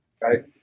Right